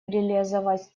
реализовывать